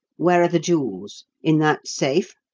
where are the jewels? in that safe?